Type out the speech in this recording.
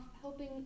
helping